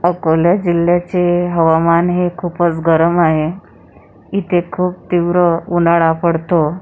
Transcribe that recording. अकोला जिल्ह्याचे हवामान हे खूपच गरम आहे इथे खूप तीव्र उन्हाळा पडतो